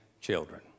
children